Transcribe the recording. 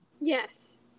Yes